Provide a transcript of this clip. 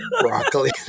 Broccoli